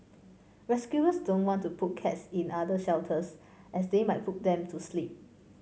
rescuers don't want to put cats in other shelters as they might put them to sleep